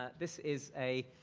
ah this is a,